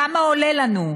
כמה עולה לנו?